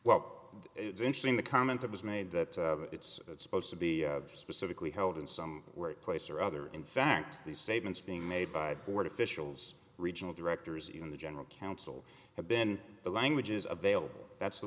well it's interesting the comment that was made that it's supposed to be specifically held in some place or other in fact the statements being made by board officials regional directors in the general counsel have been the languages of ale that's the